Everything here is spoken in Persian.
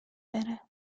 بره